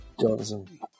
Johnson